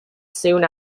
soon